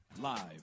Live